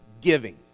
giving